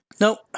Nope